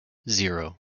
zero